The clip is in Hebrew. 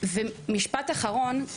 ומשפט אחרון.